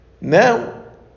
Now